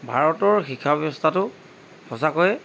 ভাৰতৰ শিক্ষা ব্যৱস্থাটো সঁচাকৈয়ে